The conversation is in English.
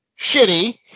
Shitty